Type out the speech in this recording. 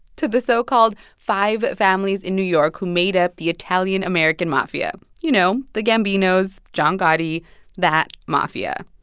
to the so-called five families in new york who made up the italian american mafia you know, the gambinos, john gotti that mafia.